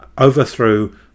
overthrew